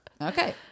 Okay